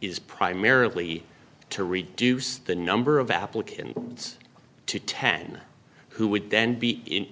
is primarily to reduce the number of applicants to ten who would then be in